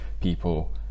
people